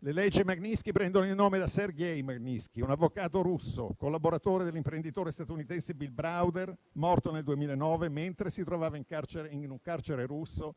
Le leggi Magnitsky prendono il nome da Sergej Magnitsky, un avvocato russo collaboratore dell'imprenditore statunitense Bill Browder, morto nel 2009 mentre si trovava in un carcere russo,